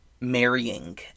marrying